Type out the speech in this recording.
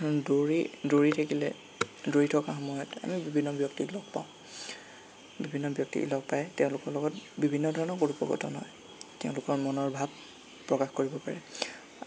দৌৰি দৌৰি থাকিলে দৌৰি থকা সময়ত আমি বিভিন্ন ব্যক্তিক লগ পাওঁ বিভিন্ন ব্যক্তি লগ পাই তেওঁলোকৰ লগত বিভিন্ন ধৰণৰ কথোপকথন হয় তেওঁলোকৰ মনৰ ভাৱ প্ৰকাশ কৰিব পাৰে